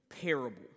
parable